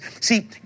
See